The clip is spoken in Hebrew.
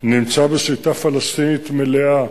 נמצא בשליטה פלסטינית מלאה,